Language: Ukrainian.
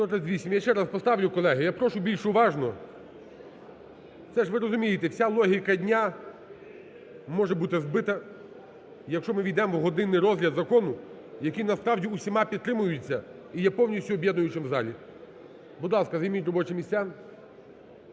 Я ще раз поставлю, колеги, я прошу більш уважно, це ж ви розумієте, вся логіка дня може бути збита, якщо ми ввійдемо в годинний розгляд закону, який насправді всіма підтримується і є повністю об'єднуючим в залі. Будь ласка, займіть робочі місця.